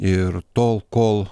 ir tol kol